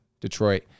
Detroit